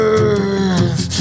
Earth